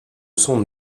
son